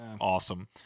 Awesome